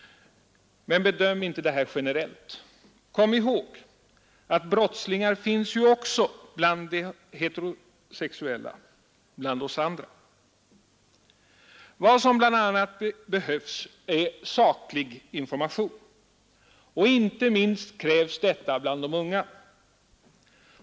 Men döm inte detta generellt. Kom ihåg att brottslingar ju också finns bland de heterosexuella, bland oss andra. Vad som bl.a. behövs är saklig information. Inte minst krävs detta bland de unga.